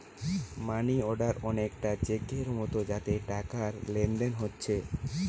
মানি order অনেকটা চেকের মতো যাতে টাকার লেনদেন হোচ্ছে